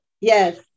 yes